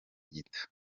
gito